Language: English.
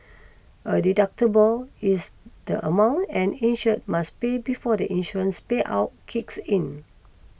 a deductible is the amount an insured must pay before the insurance payout kicks in